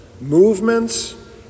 movements